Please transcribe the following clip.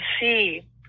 see